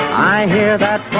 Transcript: i hear that